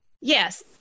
Yes